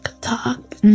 Talk